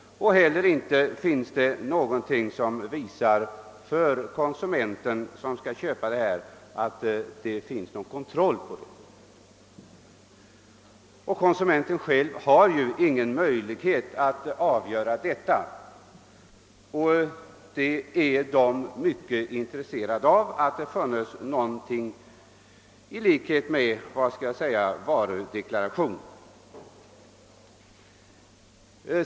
Inte heller finns det några uppgifter som klargör för konsumenterna huruvida det utövats någon kontroll eller inte. Konsumenterna själva har ingen möjlighet att bedöma den saken och är därför mycket intresserade av att vi på detta område får något slags »varudeklaration».